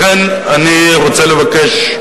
לכן, אני רוצה לבקש,